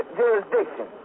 jurisdiction